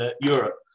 Europe